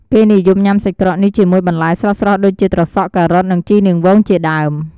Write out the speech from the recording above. គេនិយមញ៉ាំសាច់ក្រកនេះជាមួយ បន្លែស្រស់ៗ ដូចជាត្រសក់ ការ៉ុត និងជីនាងវងជាដើម។